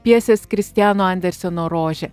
pjesės kristiano anderseno rožė